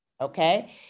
okay